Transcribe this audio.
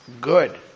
good